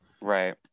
right